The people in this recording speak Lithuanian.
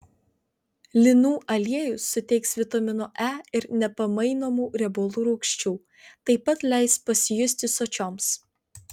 linų aliejus suteiks vitamino e ir nepamainomų riebalų rūgščių taip pat leis pasijusti sočioms